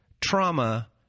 trauma